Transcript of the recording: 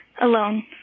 alone